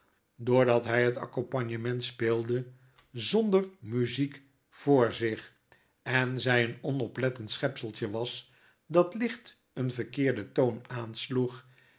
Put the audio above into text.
dat hy het accompagnement speelde zonder muziek voor zich en zjj een onoplettend schepseltje was dat licht een verkeercfen toon aansloeg